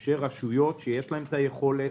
של רשויות שיש להן היכולת.